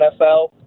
NFL